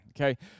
Okay